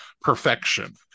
perfection